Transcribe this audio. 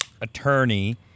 attorney